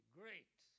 great